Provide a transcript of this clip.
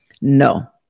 No